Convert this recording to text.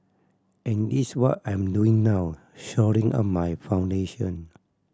and this what I'm doing now shoring up my foundation